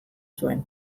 zuten